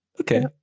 Okay